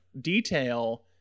detail